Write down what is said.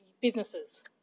businesses